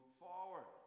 forward